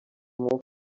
more